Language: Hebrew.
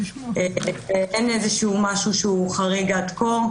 אין משהו חריג עד כה.